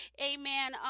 amen